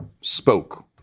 spoke